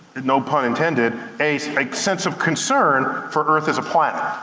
no pun intended, a like sense of concern for earth as a planet.